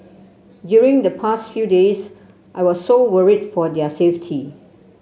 during the past few days I was so worried for their safety